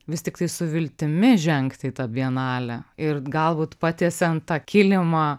vis tiktai su viltimi žengti į tą bienalę ir galbūt patiesiant tą kilimą